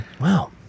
Wow